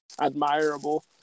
admirable